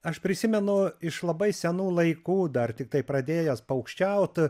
aš prisimenu iš labai senų laikų dar tiktai pradėjęs paukščiaut